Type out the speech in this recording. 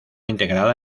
integrada